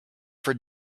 for